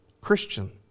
Christian